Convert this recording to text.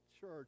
church